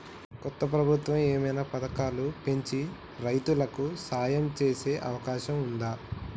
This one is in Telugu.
కొత్త ప్రభుత్వం ఏమైనా పథకాలు పెంచి రైతులకు సాయం చేసే అవకాశం ఉందా?